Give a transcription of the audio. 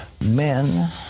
men